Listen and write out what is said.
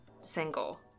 single